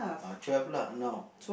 ah twelve lah now